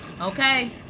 Okay